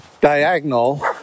diagonal